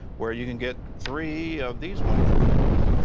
where you can get three of these wonderful things,